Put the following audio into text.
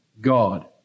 God